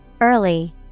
Early